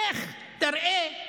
לך, תראה.